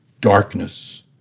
darkness